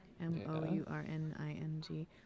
m-o-u-r-n-i-n-g